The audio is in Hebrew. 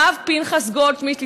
הרב פנחס גולדשמידט,